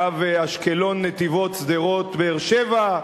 קו אשקלון נתיבות שדרות באר-שבע,